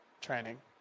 training